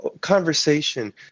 conversation